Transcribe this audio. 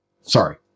Sorry